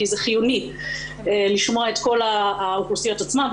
כי זה חיוני לשמוע את כל האוכלוסיות עצמן,